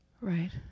Right